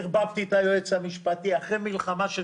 ערבתי את היועץ המשפטי אחרי מלחמה של